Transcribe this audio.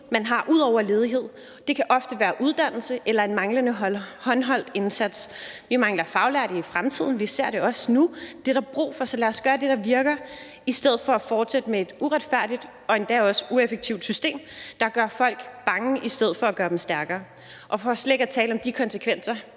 man har ud over ledighed; det kan ofte være en manglende uddannelse eller en manglende håndholdt indsats. Vi vil mangle faglærte i fremtiden, vi ser det også nu; det er der brug for, så lad os gøre det, der virker, i stedet for at fortsætte med et uretfærdigt og endda også ineffektivt system, der gør folk bange i stedet for at gøre dem stærkere – for slet ikke at tale om de konsekvenser,